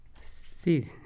See